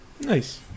nice